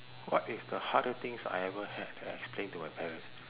what is the harder things I ever had to explain to my parents